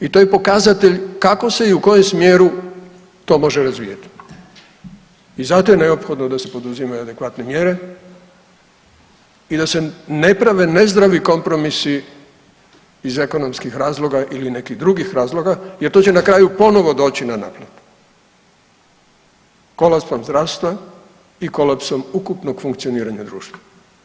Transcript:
I to je pokazatelj kako se i u kojem smjeru to može razvijati i zato je neophodno da se poduzimaju adekvatne mjere i da se ne prave nezdravi kompromisi iz ekonomskih razloga ili nekih drugih razloga jer to će na kraju ponovno doći na naplatu kolapsom zdravstva i kolapsom ukupnog funkcioniranja društva.